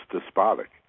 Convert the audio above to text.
despotic